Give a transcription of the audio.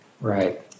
Right